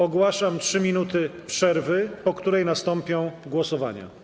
Ogłaszam 3 minuty przerwy, po której nastąpią głosowania.